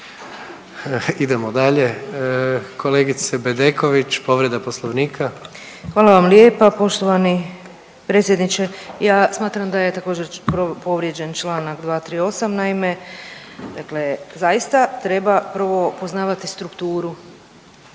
Idemo dalje, kolegice Bedeković povreda Poslovnika. **Bedeković, Vesna (HDZ)** Hvala vam lijepa. Poštovani predsjedniče ja smatram da je također povrijeđen Članak 238., naime zaista treba prvo poznavati strukturu